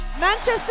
Manchester